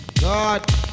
God